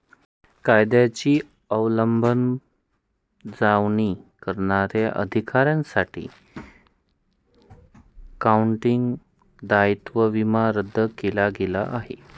कायद्याची अंमलबजावणी करणाऱ्या अधिकाऱ्यांसाठी काउंटी दायित्व विमा रद्द केला गेला आहे